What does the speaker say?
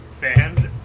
fans